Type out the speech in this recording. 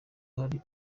hari